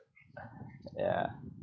ya